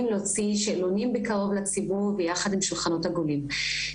להוציא בקרוב שאלונים לציבור ביחד עם שולחנות עגולים.